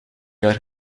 jaar